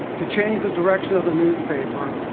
to change the direction of the newspaper,